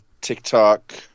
TikTok